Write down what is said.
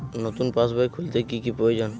নতুন পাশবই খুলতে কি কি প্রয়োজন?